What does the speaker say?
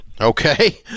Okay